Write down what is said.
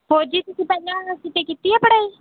ਹੋਰ ਜੀ ਤੁਸੀਂ ਪਹਿਲਾਂ ਕਿਤੇ ਕੀਤੀ ਹੈ ਪੜ੍ਹਾਈ